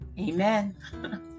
Amen